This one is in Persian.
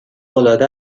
العاده